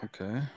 Okay